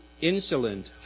insolent